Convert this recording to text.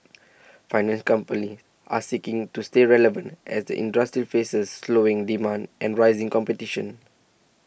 finance companies are seeking to stay relevant as the industry faces slowing demand and rising competition